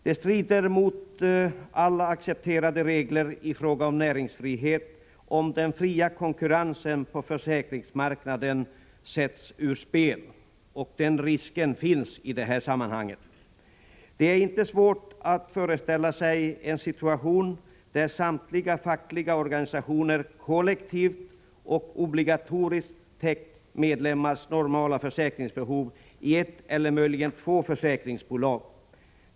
Det strider mot alla accepterade regler i fråga om näringsfrihet om den fria konkurrensen på försäkringsmarknaden sätts ur spel. Den risken finns i detta sammanhang. Det är inte svårt att föreställa sig en situation där samtliga fackliga organisationer kollektivt och obligatoriskt har täckt medlemmarnas normala försäkringsbehov i ett eller möjligen två försäkringsbolag.